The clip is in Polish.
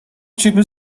ciebie